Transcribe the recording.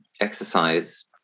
exercise